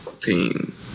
team